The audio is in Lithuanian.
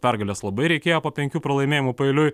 pergalės labai reikėjo po penkių pralaimėjimų paeiliui